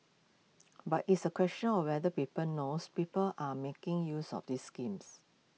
but it's A question of whether people knows people are making use of this schemes